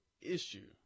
issue